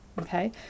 okay